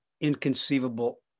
inconceivable